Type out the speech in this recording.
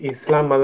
Islam